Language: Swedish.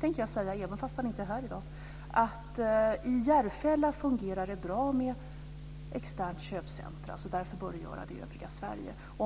han sade då även om han inte är här i dag. Han sade så här: I Järfälla fungerar det bra med externt köpcentrum, så därför bör det göra det i övriga Sverige också.